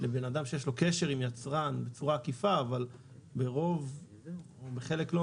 לבנאדם שיש לו קשר עם יצרן בצורה עקיפה אבל ברוב או בחלק לא